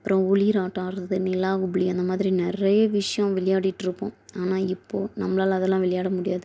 அப்புறோம் உளிராட்டம் ஆடுறது நிலா உபிலி அந்த மாதிரி நிறைய விஷயம் விளையாடிட்டுருப்போம் ஆனால் இப்போ நம்மளால் அதெலாம் விளையாட முடியாது